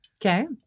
Okay